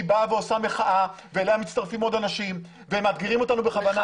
היא באה ועושה מחאה ואליה מצטרפים עוד אנשים ומאתגרים אותנו בכוונה.